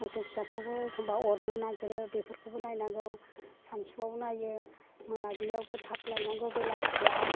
मोसौ फिसाखौबो एखनब्ला अरनो नागिरो बेफोरखौबो नायनांगौ सानसुआवबो नायो मोनाबिलियावबो थाब लानांगौ बेलासियाव